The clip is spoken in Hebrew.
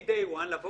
כבר מ-day one לבוא